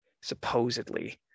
supposedly